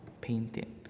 painting